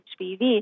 HPV